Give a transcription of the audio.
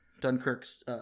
Dunkirk's